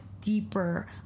deeper